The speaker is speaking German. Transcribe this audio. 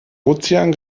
ozean